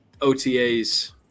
OTAs